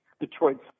Detroit